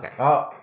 Okay